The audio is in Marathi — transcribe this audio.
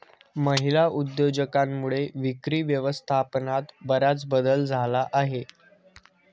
महिला उद्योजकांमुळे विक्री व्यवस्थापनात बराच बदल झाला आहे